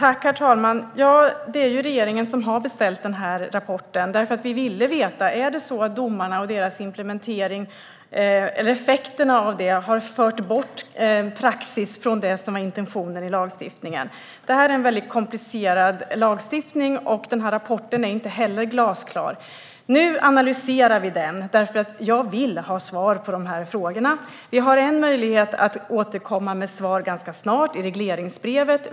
Herr talman! Det är ju regeringen som har beställt den här rapporten, eftersom vi ville veta om det är så att domarna och effekterna av dem har fört bort en praxis från det som var intentionen i lagstiftningen. Lagstiftningen är väldigt komplicerad, och den här rapporten är inte heller glasklar. Nu analyserar vi den, för jag vill ha svar på de här frågorna. Vi har en möjlighet att ganska snart återkomma med svar i regleringsbrevet.